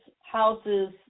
houses